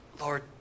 Lord